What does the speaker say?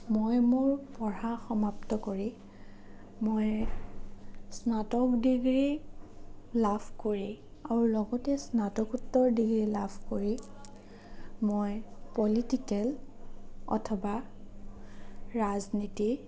মই মোৰ পঢ়া সমাপ্ত কৰি মই স্নাতক ডিগ্ৰী লাভ কৰি আৰু লগতে স্নাতকোত্তৰ ডিগ্ৰী লাভ কৰি মই পলিটিকেল অথবা ৰাজনীতি